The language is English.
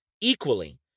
equally